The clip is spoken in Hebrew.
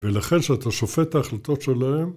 ולכן שאתה שופט את ההחלטות שלהם